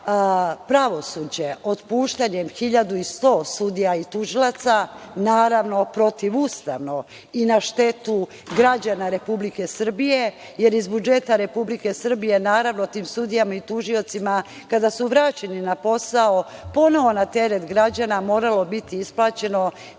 pravosuđe otpuštanjem 1.100 sudija i tužilaca, naravno, protivustavno i na štetu građana Republike Srbije, jer iz budžeta Republike Srbije, naravno, tim sudijama i tužiocima kada su vraćeni na posao ponovo na teret građana moralo je biti isplaćeno više